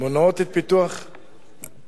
מונעות את פיתוח הנגב, מה זה קשור?